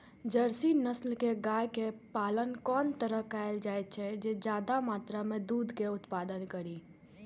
Jersey नस्ल के गाय के पालन कोन तरह कायल जाय जे ज्यादा मात्रा में दूध के उत्पादन करी?